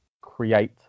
create